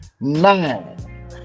nine